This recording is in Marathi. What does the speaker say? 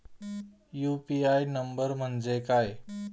यु.पी.आय नंबर म्हणजे काय?